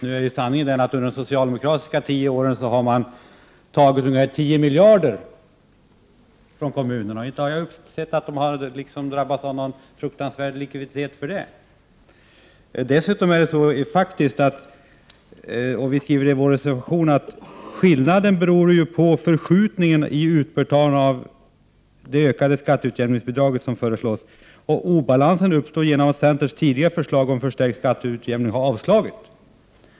Sanningen är den att man under de socialdemokratiska tio åren drog in ca 10 miljarder från kommunerna, men jag kan inte se att detta har drabbat kommunernas likviditet. Som vi skriver i vår reservation beror ju skillnaden på förskjutningen i utbetalningen av det utökade skatteutjämningsbidrag som föreslås. Obalansen uppstår genom att centerns tidigare förslag om förstärkt skatteutjämningsbidrag har avslagits.